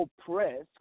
oppressed